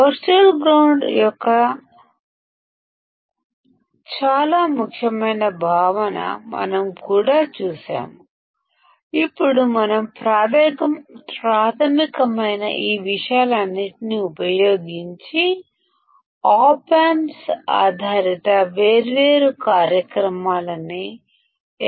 virtual ground యొక్క చాలా ముఖ్యమైన భావన కూడా మనం చూశాము ఇప్పుడు మనం ప్రాథమికమైన ఈ విషయాలన్నింటినీ ఉపయోగించి ఆప్ ఆంప్స్ తో వేర్వేరు కార్యక్రమాలని ఎలా అమలు చేయవచ్చు